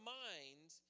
minds